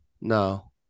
no